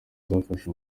zafashe